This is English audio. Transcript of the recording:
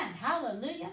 Hallelujah